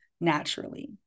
naturally